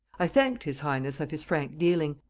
i thanked his highness of his frank dealing,